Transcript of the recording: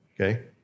Okay